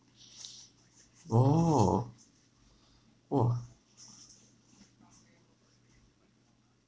oh !wah!